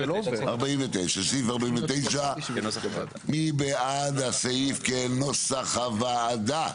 49. מי בעד הסעיף כנוסח הוועדה?